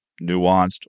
nuanced